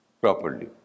properly